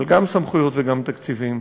אבל גם סמכויות וגם תקציבים.